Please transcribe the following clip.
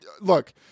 Look